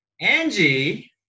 Angie